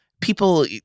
people